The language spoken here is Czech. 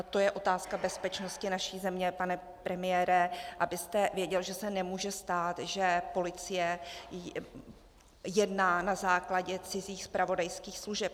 To je otázka bezpečnosti naší země, pane premiére, abyste věděl, že se nemůže stát, že policie jedná na základě cizích zpravodajských služeb.